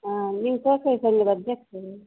ಹಾಂ ನೀವು ಸ್ವಸಾಯ ಸಂಘದ ಅಧ್ಯಕ್ಷರ